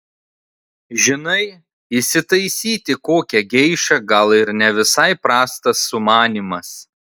žinai įsitaisyti kokią geišą gal ir ne visai prastas sumanymas